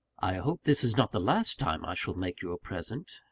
i hope this is not the last time i shall make you a present.